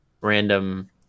random